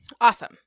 Awesome